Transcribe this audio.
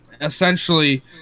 essentially